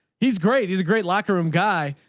he's great. he's a great locker room guy,